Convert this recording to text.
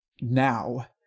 now